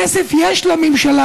כסף יש לממשלה,